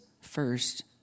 first